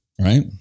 Right